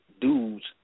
dudes